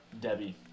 debbie